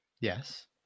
yes